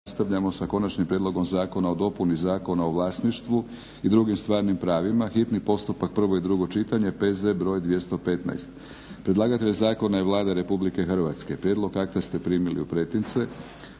Nastavljamo sa - Konačni prijedlog zakona o dopuni Zakona o vlasništvu i drugim stvarnim pravima, hitni postupak, prvo i drugo čitanje, PZ br. 215 Predlagatelj zakona je Vlada Republike Hrvatske. Prijedlog akta ste primili u pretince.